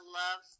love